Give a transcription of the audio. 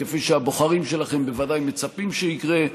כפי שהבוחרים שלכם בוודאי מצפים שיקרה.